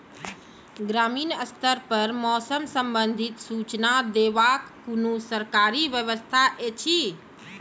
ग्रामीण स्तर पर मौसम संबंधित सूचना देवाक कुनू सरकारी व्यवस्था ऐछि?